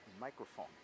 microphone